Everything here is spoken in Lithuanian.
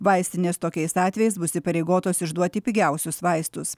vaistinės tokiais atvejais bus įpareigotos išduoti pigiausius vaistus